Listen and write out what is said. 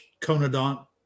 conodont